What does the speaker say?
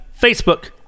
Facebook